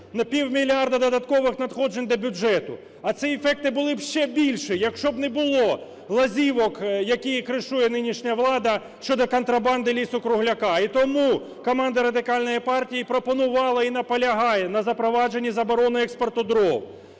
півмільярда додаткових надходжень до бюджету. А ці ефекти були б ще більші, якщо б не було лазівок, які кришує нинішня влада, щодо контрабанди лісу-кругляка. І тому команда Радикальної партії пропонувала і наполягає на запровадженні заборони експорту дров.